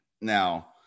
Now